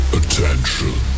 attention